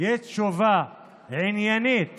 יש תשובה עניינית